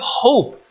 hope